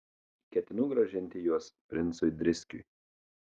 ketinu grąžinti juos princui driskiui